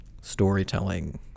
storytelling